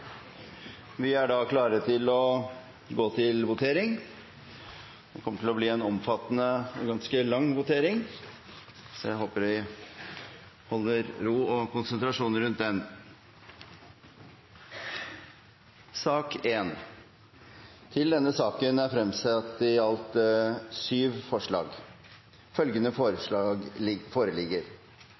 Vi er da klare til å gå til votering. Det kommer til å bli en omfattende og ganske lang votering, så jeg håper vi holder ro og konsentrasjonen rundt den. Under debatten er det satt fram i alt syv forslag. Det er forslag